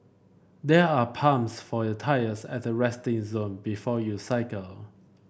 there are pumps for your tyres at the resting zone before you cycle